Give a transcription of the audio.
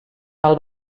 del